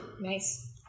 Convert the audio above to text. Nice